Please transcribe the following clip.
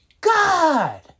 God